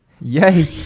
Yay